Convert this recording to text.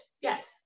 yes